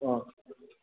ꯑ